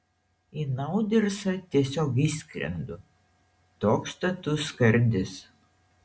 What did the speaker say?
į naudersą tiesiog įskrendu toks status skardis